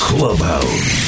Clubhouse